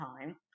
time